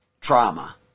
trauma